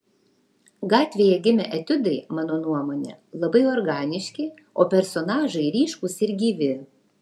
gatvėje gimę etiudai mano nuomone labai organiški o personažai ryškūs ir gyvi